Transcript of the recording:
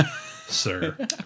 sir